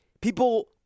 people—